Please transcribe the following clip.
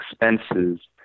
expenses